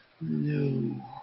No